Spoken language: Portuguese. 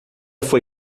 foi